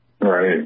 Right